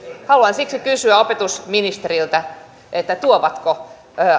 haluan siksi kysyä opetusministeriltä tuovatko